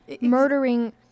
murdering